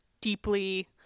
deeply